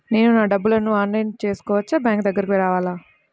నేను నా డబ్బులను ఆన్లైన్లో చేసుకోవచ్చా? బ్యాంక్ దగ్గరకు రావాలా?